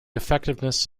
effectiveness